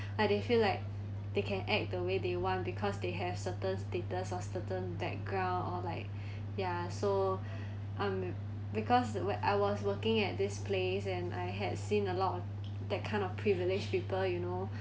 and they feel like they can act the way they want because they have certain status or certain background or like ya so um because wh~ I was working at this place and I had seen a lot of that kind of privileged people you know